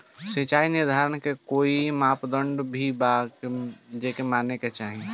सिचाई निर्धारण के कोई मापदंड भी बा जे माने के चाही?